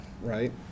right